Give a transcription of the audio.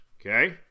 okay